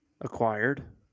acquired